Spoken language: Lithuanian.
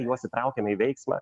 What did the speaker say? juos įtraukiame į veiksmą